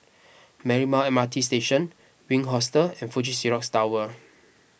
Marymount M R T Station Wink Hostel and Fuji Xerox Tower